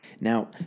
Now